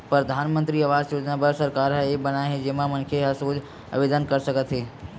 परधानमंतरी आवास योजना बर सरकार ह ऐप बनाए हे जेमा मनखे ह सोझ आवेदन कर सकत हे